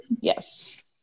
Yes